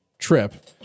Trip